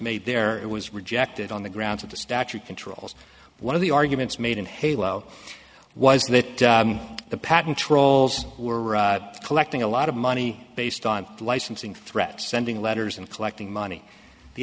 made there it was rejected on the grounds of the statute controls one of the arguments made in halo was that the patent trolls were collecting a lot of money based on licensing threats sending letters and collecting money the